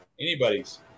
Anybody's